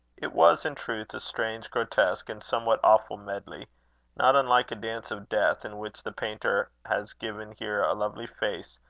it was in truth a strange, grotesque, and somewhat awful medley not unlike a dance of death, in which the painter has given here a lovely face,